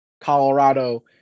Colorado